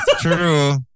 true